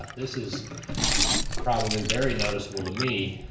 this is probably very noticeable to me,